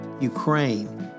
Ukraine